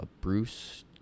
Bruce